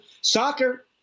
Soccer